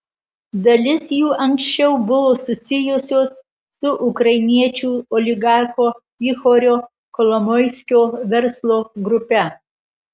dalis jų anksčiau buvo susijusios su ukrainiečių oligarcho ihorio kolomoiskio verslo grupe